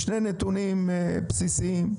שני נתונים בסיסיים.